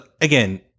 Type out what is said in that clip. again